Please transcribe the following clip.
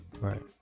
Right